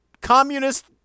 communist